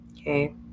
Okay